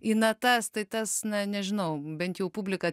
į natas tai tas na nežinau bent jau publika